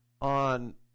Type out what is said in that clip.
on